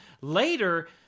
Later